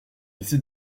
laissé